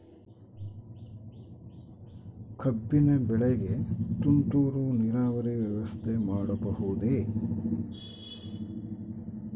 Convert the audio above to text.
ಕಬ್ಬಿನ ಬೆಳೆಗೆ ತುಂತುರು ನೇರಾವರಿ ವ್ಯವಸ್ಥೆ ಮಾಡಬಹುದೇ?